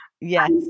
yes